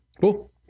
Cool